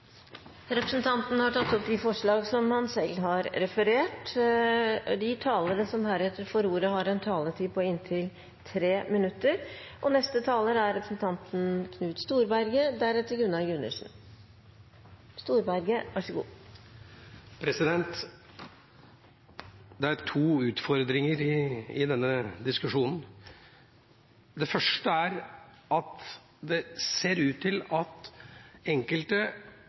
tatt opp de forslagene han refererte til. De talere som heretter får ordet, har en taletid på inntil 3 minutter. Det er to utfordringer i denne diskusjonen. Den første er at det ser ut til at enkelte ikke tar inn over seg de betydelige problemene som folk i